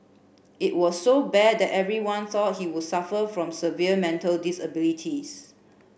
it was so bad that everyone thought he would suffer from severe mental disabilities